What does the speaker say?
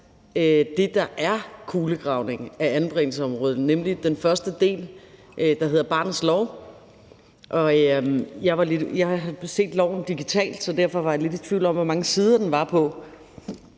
det, der er kulegravningen af anbringelsesområdet, nemlig den første del, der hedder barnets lov. Jeg har set loven digitalt, så derfor var jeg lidt i tvivl om, hvor mange sider den var på,